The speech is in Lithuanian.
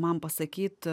man pasakyt